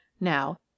now